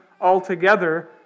altogether